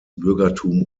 bürgertum